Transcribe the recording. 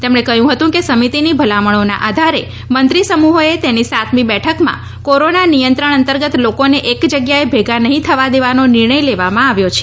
તેમણે કહ્યું હતું કે સમિતિની ભલામણોના આધારે મંત્રી સમુહોચે તેની સાતમી બેઠકમાં કોરોના નિયંત્રણ અંતર્ગત લોકોને એક જગ્યાએ ભેગા નહીં થવા દેવાનો નિર્ણય લેવામાં આવ્યો છે